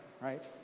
right